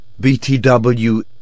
BTW